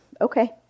okay